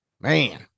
man